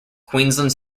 queensland